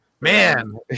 Man